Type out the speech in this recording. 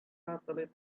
satellite